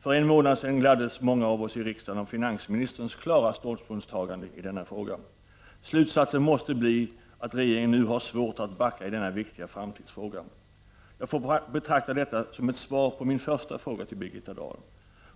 För en månad sedan gladdes många av oss i riksdagen av finansministerns klara ståndpunktstagande. Slutsatsen måste bli att regeringen nu har svårt att backa i denna viktiga framtidsfråga. Jag får betrakta detta som ett svar på min första fråga till Birgitta Dahl.